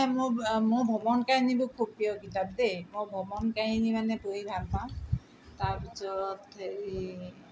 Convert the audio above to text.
মই ম ভ্ৰমণ কাহিনীবোৰ খুব প্ৰিয় কিতাপ দেই মই ভ্ৰমণ কাহিনী মানে পঢ়ি ভাল পাওঁ তাৰপিছত হেৰি